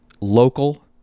local